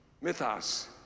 Mythos